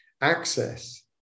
access